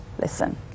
listen